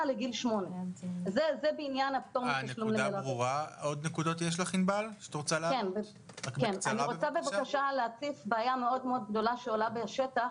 לגיל 8. אני רוצה להציף בעיה גדולה שעולה בשטח